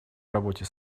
работе